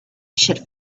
should